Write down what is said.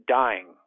dying